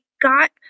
got